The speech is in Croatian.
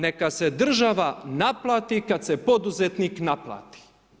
Neka se država naplati kada se poduzetnik naplati.